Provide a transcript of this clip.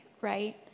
right